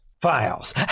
files